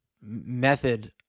method